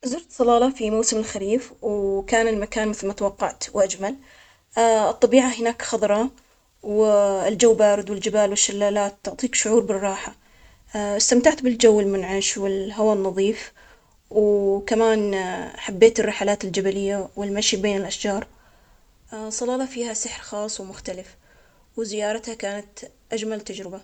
زرت صلالة في موسم الخريف، وكان المكان مثل ما توقعت، وأجمل الطبيعة هناك خضراء، والجو بارد، والجبال والشلالات تعطيك شعور بالراحة. استمتعت بالجو المنعش والهوا النظيف، وكمان حبيت الرحلات الجبلية والمشي بين الأشجار. صلالة، فيها سحر خاص ومختلف، وزيارتها كانت أجمل تجربة.